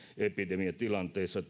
epidemiatilanteessa